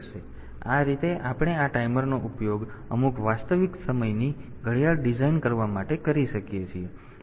તેથી આ રીતે આપણે આ ટાઈમરનો ઉપયોગ અમુક વાસ્તવિક સમયની ઘડિયાળ ડિઝાઇન કરવા માટે કરી શકીએ છીએ